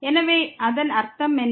எனவே அதன் அர்த்தம் என்ன